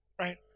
Right